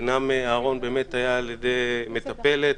בנם א’ טולטל על ידי מטפלת.